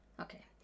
okay